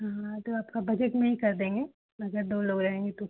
हाँ तो आपका बजट में ही कर देंगे अगर दो लोग रहेंगे तो